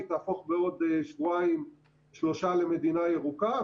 היא תהפוך בעוד שבועיים-שלושה למדינה ירוקה,